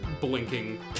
blinking